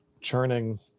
churning